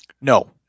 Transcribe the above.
No